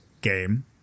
game